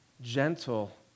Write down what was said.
gentle